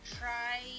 try